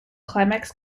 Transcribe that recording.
climax